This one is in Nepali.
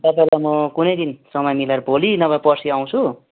तपाईँहरूकोमा कुनै दिन समय मिलाएर भोलि नभए पर्सि आउँछु